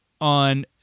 on